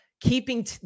keeping